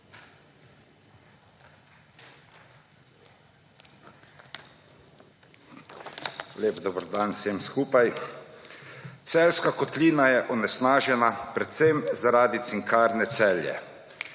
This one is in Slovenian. Lep dober dan vsem skupaj! Celjska kotlina je onesnažena predvsem zaradi Cinkarne Celje,